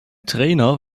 trainer